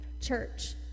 Church